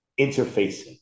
interfacing